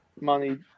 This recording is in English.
money